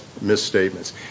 misstatements